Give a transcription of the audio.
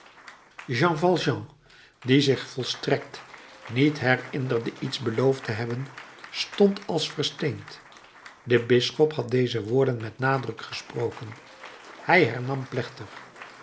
jean valjean die zich volstrekt niet herinnerde iets beloofd te hebben stond als versteend de bisschop had deze woorden met nadruk gesproken hij hernam plechtig